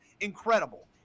incredible